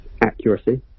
accuracy